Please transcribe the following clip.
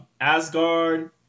Asgard